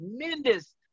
tremendous